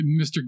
Mr